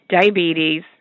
diabetes